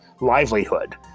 livelihood